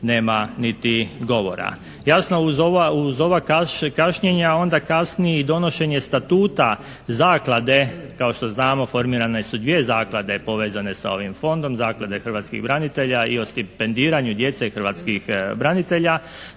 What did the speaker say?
nema niti govora. Jasno uz ova kašnjenja onda kasni i donošenja statuta zaklade. Kao što znamo formirane su dvije zaklade povezane sa ovim fondom, Zaklade hrvatskih branitelja i o stipendiranju djece hrvatskih branitelja.